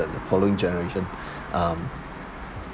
following generation um